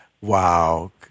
Wow